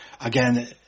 again